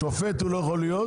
שופט הוא לא יכול להיות.